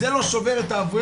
זה לא שובר את האברך,